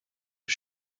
his